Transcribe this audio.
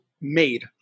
made